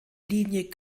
linie